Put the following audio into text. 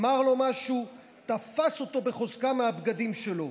אמר לו משהו ותפס אותו בחוזקה מהבגדים שלו.